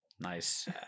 Nice